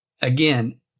again